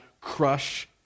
crush